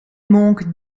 manque